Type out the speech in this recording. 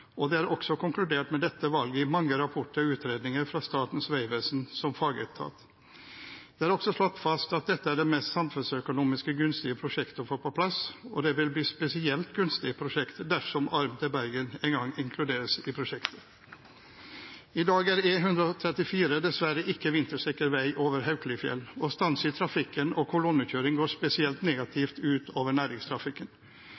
og det er også konkludert med dette valget i mange rapporter og utredninger fra Statens vegvesen, som fagetat. Det er også slått fast at dette er det mest samfunnsøkonomisk gunstige prosjektet å få på plass, og det vil bli et spesielt gunstig prosjekt dersom armen til Bergen en gang inkluderes i prosjektet. I dag er E134 dessverre ikke vintersikker vei over Haukelifjell, og stans i trafikken og kolonnekjøring går spesielt